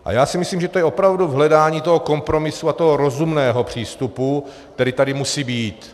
A já si myslím, že to je opravdu v hledání toho kompromisu a rozumného přístupu, který tady musí být.